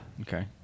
Okay